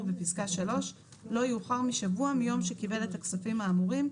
בפסקה (3) לא יאוחר משבוע מיום שקיבל את הכספים האמורים,